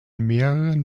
mehreren